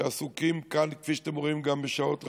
שעסוקים כאן, כפי שאתם רואים, גם שעות רבות.